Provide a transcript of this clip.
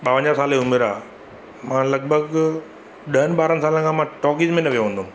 ॿावंजाहु साल जी उमिरि आहे मां लॻभॻि ॾहंनि ॿारहंनि सालनि खां मां टॉकीज़ में न वियो हूंदुमि